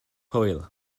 hwyl